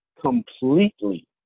completely